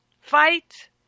fight